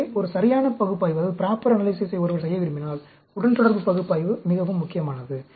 எனவே ஒரு சரியான பகுப்பாய்வை ஒருவர் செய்ய விரும்பினால் உடன்தொடர்பு பகுப்பாய்வு மிகவும் முக்கியமானது